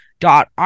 dot